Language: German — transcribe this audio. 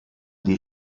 die